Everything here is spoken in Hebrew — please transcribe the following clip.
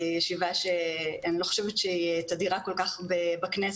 ישיבה שאני לא חושבת שהיא תדירה כל כך בכנסת,